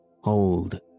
Hold